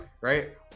Right